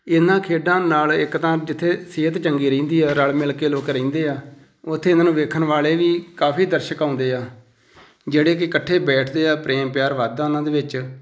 ਇਹਨਾਂ ਖੇਡਾਂ ਨਾਲ ਇੱਕ ਤਾਂ ਜਿੱਥੇ ਸਿਹਤ ਚੰਗੀ ਰਹਿੰਦੀ ਆ ਰਲ ਮਿਲ ਕੇ ਲੋਕ ਰਹਿੰਦੇ ਆ ਉੱਥੇ ਇਹਨਾਂ ਨੂੰ ਵੇਖਣ ਵਾਲੇ ਵੀ ਕਾਫੀ ਦਰਸ਼ਕ ਆਉਂਦੇ ਆ ਜਿਹੜੇ ਕਿ ਇਕੱਠੇ ਬੈਠਦੇ ਆ ਪ੍ਰੇਮ ਪਿਆਰ ਵੱਧਦਾ ਉਹਨਾਂ ਦੇ ਵਿੱਚ